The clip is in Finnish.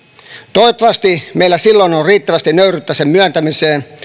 toivottavasti meillä silloin on riittävästi nöyryyttä sen myöntämiseen